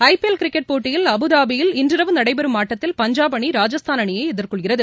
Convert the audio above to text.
ஐ P L cricket போட்டியில் அபுதாபியில் இன்றிரவு நடைபெறும் ஆட்டத்தில் பஞ்சாப் அணி ராஜஸ்தான் அணியை எதிர்கொள்கிறது